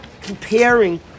comparing